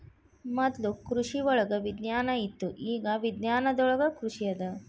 ಮೊದ್ಲು ಕೃಷಿವಳಗ ವಿಜ್ಞಾನ ಇತ್ತು ಇಗಾ ವಿಜ್ಞಾನದೊಳಗ ಕೃಷಿ ಅದ